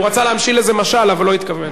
הוא רצה להמשיל איזה משל, אבל לא התכוון.